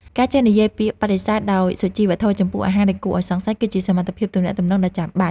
ការចេះនិយាយពាក្យបដិសេធដោយសុជីវធម៌ចំពោះអាហារដែលគួរឱ្យសង្ស័យគឺជាសមត្ថភាពទំនាក់ទំនងដ៏ចាំបាច់។